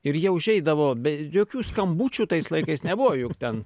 ir jie užeidavo be jokių skambučių tais laikais nebuvo juk ten